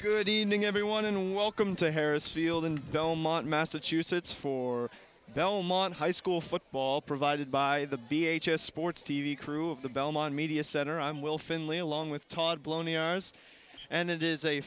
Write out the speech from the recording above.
good evening everyone and welcome to harris field in belmont massachusetts for belmont high school football provided by the sports t v crew of the belmont media center i'm will finley along with top blown ers and it is a